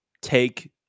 take